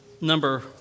number